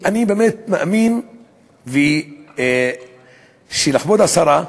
אני באמת מאמין שכבוד השרה,